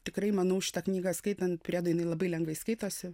tikrai manau šitą knygą skaitant priedu jinai labai lengvai skaitosi